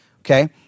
okay